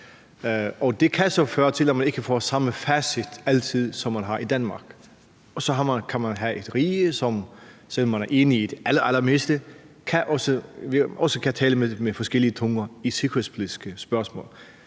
Det kan så føre til, at man ikke altid får samme facit som i Danmark, og så kan man have et rige, som, selv om man er enige om det allermeste, også kan tale med forskellige stemmer i sikkerhedspolitiske spørgsmål.